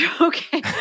Okay